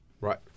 Right